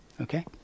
okay